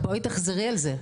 בואי תחזרי על זה.